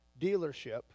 dealership